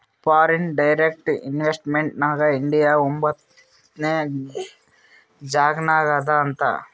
foreign direct investment ನಾಗ್ India ಒಂಬತ್ನೆ ಜಾಗನಾಗ್ ಅದಾ ಅಂತ್